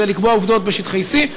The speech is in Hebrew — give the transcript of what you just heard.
כדי לקבוע עובדות בשטחי C,